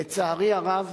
לצערי הרב